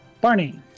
Barney